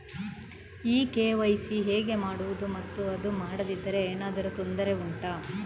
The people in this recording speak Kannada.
ಈ ಕೆ.ವೈ.ಸಿ ಹೇಗೆ ಮಾಡುವುದು ಮತ್ತು ಅದು ಮಾಡದಿದ್ದರೆ ಏನಾದರೂ ತೊಂದರೆ ಉಂಟಾ